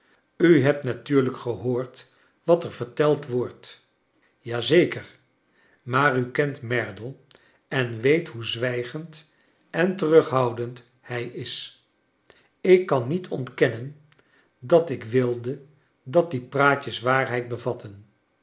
u hebt natuurlijk gehoord wat er verteld wordt ja zeker maar u kent merdle en weet hoe zwijgend en terughoudend hij is ik kan niet ontkennen dat ik wilde dat die praatjes waarheid bevatten